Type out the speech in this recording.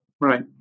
Right